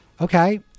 Okay